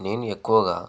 నేను ఎక్కువగా